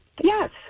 yes